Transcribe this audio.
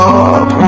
up